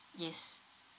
yes